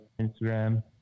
Instagram